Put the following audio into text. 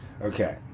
Okay